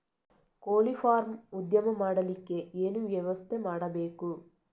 ಕೋಳಿ ಫಾರಂ ಉದ್ಯಮ ಮಾಡಲಿಕ್ಕೆ ಏನು ವ್ಯವಸ್ಥೆ ಮಾಡಬೇಕು?